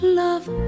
love